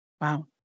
Wow